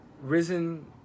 risen